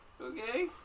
Okay